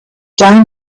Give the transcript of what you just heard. down